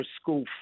school